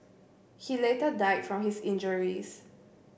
he later died from his injuries